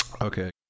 Okay